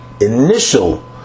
initial